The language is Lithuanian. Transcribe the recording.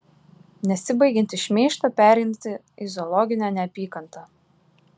nesibaigiantį šmeižtą pereinantį į zoologinę neapykantą